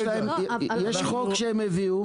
יש חוק שהם הביאו.